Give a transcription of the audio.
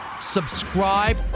subscribe